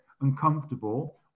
uncomfortable